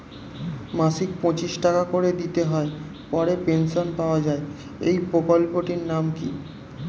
মাসিক পঁচিশ টাকা করে দিতে হয় পরে পেনশন পাওয়া যায় এই প্রকল্পে টির নাম কি?